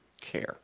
care